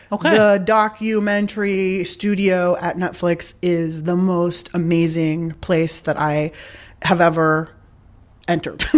ok. the documentary studio at netflix is the most amazing place that i have ever entered.